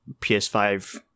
PS5